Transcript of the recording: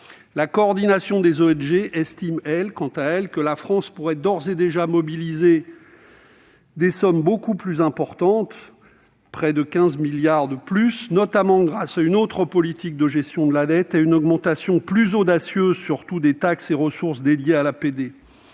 La coordination des ONG estime, quant à elle, que la France pourrait d'ores et déjà mobiliser des sommes beaucoup plus importantes, soit près de 15 milliards d'euros de plus, notamment grâce à une autre politique de gestion de la dette et surtout à une augmentation plus audacieuse des taxes et ressources dédiées à l'APD.